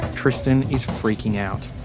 tristan is freaking out.